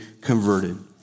converted